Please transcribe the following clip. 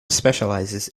specializes